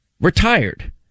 retired